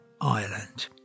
Ireland